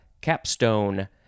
capstone